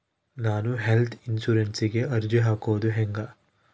ನಾನು ಹೆಲ್ತ್ ಇನ್ಸುರೆನ್ಸಿಗೆ ಅರ್ಜಿ ಹಾಕದು ಹೆಂಗ?